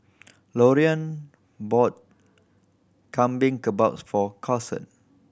Lorean bought Lamb Kebabs for Karson